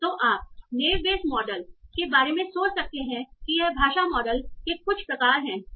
तो आप naive Bayes model के बारे में सोच सकते हैं कि यह भाषा मॉडल के कुछ प्रकार हैं